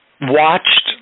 watched